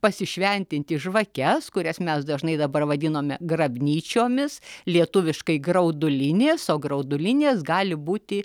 pasišventinti žvakes kurias mes dažnai dabar vadinome grabnyčiomis lietuviškai graudulinės o graudulinės gali būti